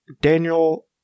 Daniel